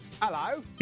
hello